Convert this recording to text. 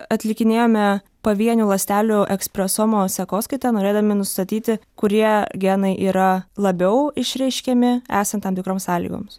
atlikinėjome pavienių ląstelių ekspresomos sekos kaita norėdami nustatyti kurie genai yra labiau išreiškiami esant tam tikroms sąlygoms